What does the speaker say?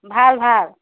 ভাল ভাল